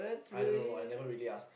I don't know I never really asked